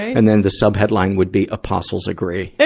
and then the sub-headline would be, apostles agree. yeah